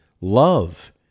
love